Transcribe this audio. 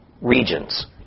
regions